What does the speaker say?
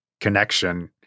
connection